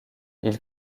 ils